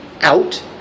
out